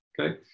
Okay